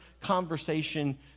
conversation